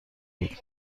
بود